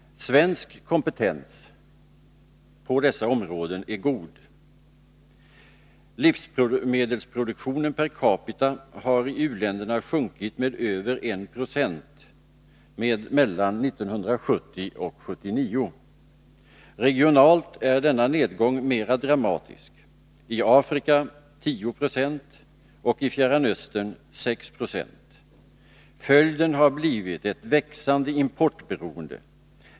Svensk kompetens på dessa områden är god. Livsmedelsproduktionen per capita har i u-länderna sjunkit med över 1 9o mellan 1970 och 1979. Regionalt är denna nedgång mera dramatisk: i Afrika 10 96 och i Fjärran Östern 6 96. Följden har blivit ett växande importberoende.